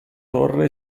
torre